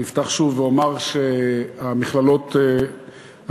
אני אפתח שוב ואומר שהמכללות הטכנולוגיות,